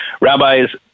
Rabbis